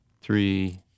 three